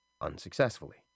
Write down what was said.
unsuccessfully